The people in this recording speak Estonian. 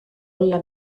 olla